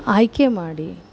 ಆಯ್ಕೆ ಮಾಡಿ